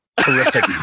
terrific